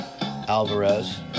Alvarez